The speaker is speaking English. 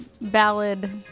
ballad